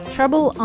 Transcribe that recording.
Trouble